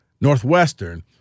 Northwestern